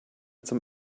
zum